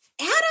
Adam